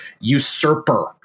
usurper